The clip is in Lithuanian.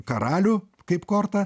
karalių kaip kortą